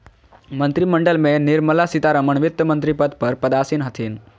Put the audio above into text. मंत्रिमंडल में निर्मला सीतारमण वित्तमंत्री पद पर पदासीन हथिन